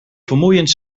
vermoeiend